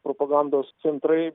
propagandos centrai